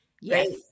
Yes